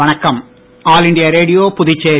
வணக்கம் all India Radio Puducherry